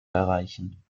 erreichen